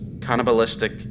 cannibalistic